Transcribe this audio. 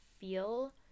feel